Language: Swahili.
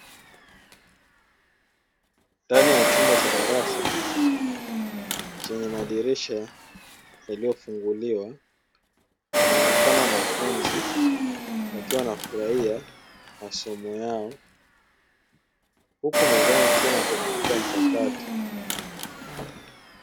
Ndani ya chumba cha darasa chenye madirisha yaliyofunguliwa wanaoenekana wanafunzi wakiwa wanafurahia masomo yao huku mezani kukiwa na kompyuta mpakato.